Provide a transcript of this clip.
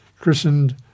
christened